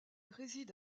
réside